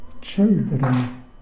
children